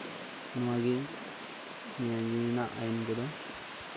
ᱱᱚᱣᱟᱜᱮ ᱡᱤᱭᱟᱹᱞᱤ ᱨᱮᱭᱟᱜ ᱟᱹᱭᱤᱱ ᱠᱚᱫᱚ